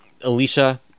Alicia